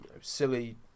silly